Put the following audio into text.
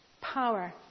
power